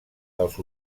dels